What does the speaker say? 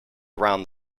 around